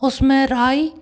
उस में राई